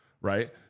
right